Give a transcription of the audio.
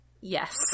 Yes